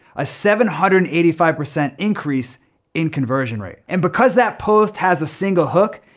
a seven hundred and eighty five percent increase in conversion rate. and because that post has a single hook,